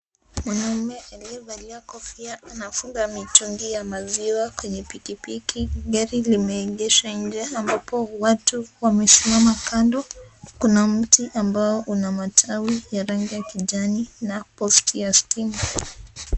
Mwanaume aliyavalia kofia anafunga mitungi ya maziwa kwenye pikipiki, gari limeegeshwa nje ambapo watu wamesimama kando. Kuna mti ambao una matawi ya rangi ya kijani, na posti ya stima.